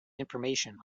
information